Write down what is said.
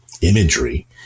imagery